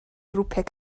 grwpiau